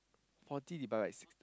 forty divided by six